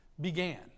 began